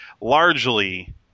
largely